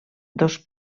dos